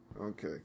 Okay